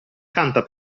canta